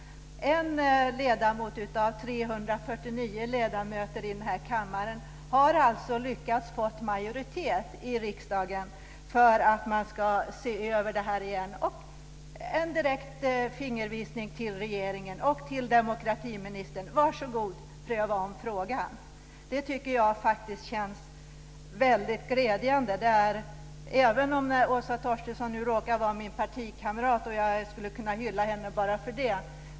En ledamot av 349 ledamöter i den här kammaren har alltså lyckats att få majoritet i riksdagen för att man ska se över det här igen. Det är en direkt fingervisning till regeringen och till demokratiministern: Varsågod, pröva om frågan! Det tycker jag känns glädjande, även om Åsa Torstensson nu råkar vara min partikamrat och jag skulle kunna hylla henne bara för det.